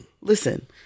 Listen